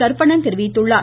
கருப்பணன் தெரிவித்துள்ளார்